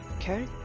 Okay